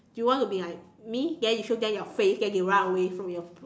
you want to be like me then you show them your face then they run away from your